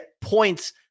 points